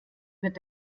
wird